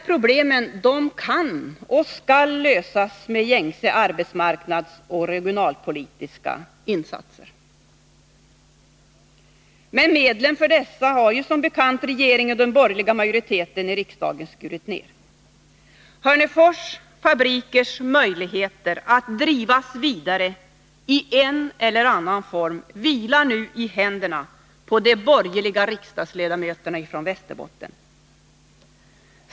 Problemen kan och skall lösas med gängse arbetsmarknadsoch regionalpolitiska insatser. Men medlen för dessa har som bekant regeringen och den borgerliga majoriteten i riksdagen skurit ned. Hörnefors fabrikers möjligheter att drivas vidare i en eller annan form vilar nu i händerna på de borgerliga riksdagsledamöterna från Västerbotten.